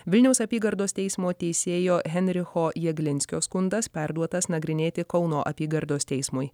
vilniaus apygardos teismo teisėjo henricho jaglinskio skundas perduotas nagrinėti kauno apygardos teismui